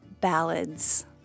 ballads